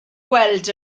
gweld